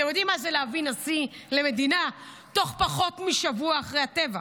אתם יודעים מה זה להביא נשיא למדינה תוך פחות משבוע אחרי הטבח,